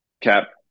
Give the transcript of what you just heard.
cap